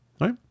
Right